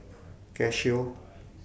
Casio